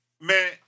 Man